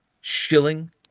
shilling